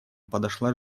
подошла